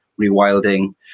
rewilding